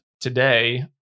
today